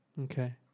Okay